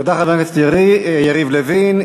תודה, חבר הכנסת יריב לוין.